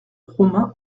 romain